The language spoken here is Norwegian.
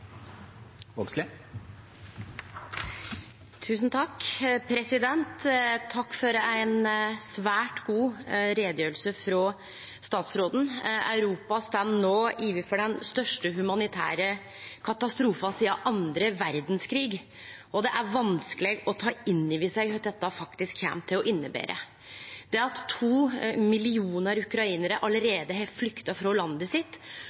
Europa står no overfor den største humanitære katastrofen sidan den andre verdskrigen, og det er vanskeleg å ta inn over seg kva dette faktisk kjem til å innebere. Det at to millionar ukrainarar allereie har flykta frå landet sitt,